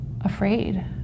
afraid